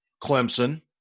Clemson